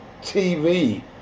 tv